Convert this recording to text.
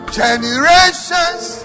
generations